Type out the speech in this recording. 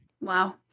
Wow